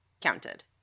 counted